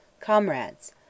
Comrades